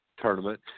tournament